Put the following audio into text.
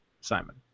Simon